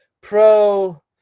pro